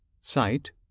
sight